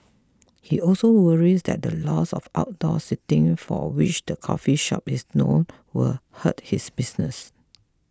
he also worries that the loss of outdoor seating for which the coffee shop is known will hurt his business